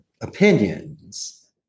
opinions